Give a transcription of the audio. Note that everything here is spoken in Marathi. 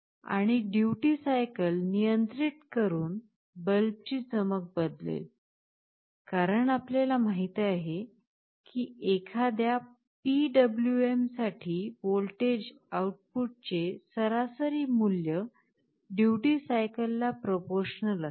आणि ड्युटी सायकल नियंत्रित करून बल्बची चमक बदलेल कारण आपल्याला माहित आहे की एखाद्या PWM साठी व्होल्टेज आउटपुटचे सरासरी मूल्य ड्युटी सायकला प्रोपोरशनल असते